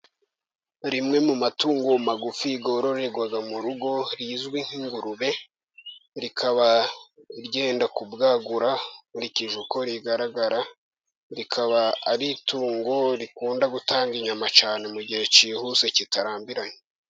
Rimwe mu matungo magufi yororerwa mu rugo rizwi nk'ingurube, rikaba ryenda kubwagura ukurikije uko rigaragara, rikaba ari itungo rikunda gutanga inyama cyane mu gihe cyihuse kitarambiranye.